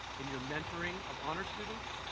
in your mentoring of honors students,